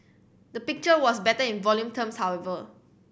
the picture was better in volume terms however